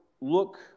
look